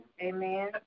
Amen